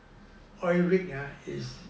oil rig ah is